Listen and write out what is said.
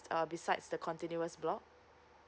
uh besides the continuous block